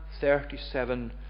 37